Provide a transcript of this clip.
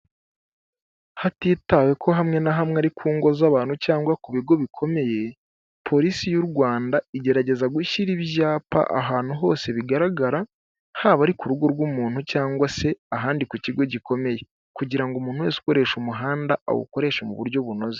Hatitawe ko hamwe na hamwe ari ku ngo z'abantu cyangwa ku bigo bikomeye, polisi y'u Rwanda igerageza gushyira ibyapa ahantu hose bigaragara haba ari ku rugo rw'umuntu cyangwa se ahandi ku kigo gikomeye, kugira ngo umuntu wese ukoresha umuhanda awukoreshe mu buryo bunoze.